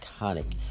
iconic